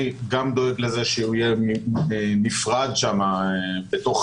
אני גם דואג לזה שאותו אדם יהיה שם נפרד מחולים אחרים בתוך